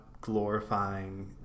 glorifying